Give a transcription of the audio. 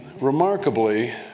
Remarkably